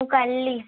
हो काढली